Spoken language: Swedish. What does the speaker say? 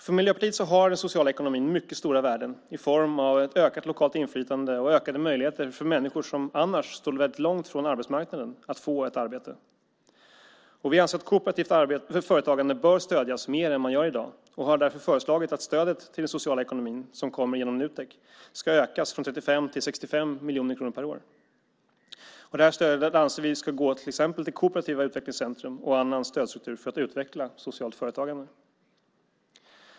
För Miljöpartiet har den sociala ekonomin mycket stora värden i form av ett ökat lokalt inflytande och ökade möjligheter för människor som annars står väldigt långt från arbetsmarknaden att få ett arbete. Vi anser att kooperativt företagande bör stödjas mer än det görs i dag och har därför föreslagit att stödet till den sociala ekonomin, som kommer genom Nutek, ska ökas från 35 till 65 miljoner kronor per år. Det här stödet anser vi ska gå till exempel till kooperativa utvecklingscentrum och annan stödstruktur för att utveckla socialt företagande.